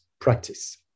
practice